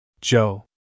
Joe